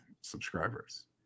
subscribers